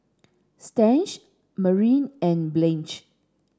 Stan Mariah and Blanch